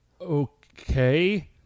Okay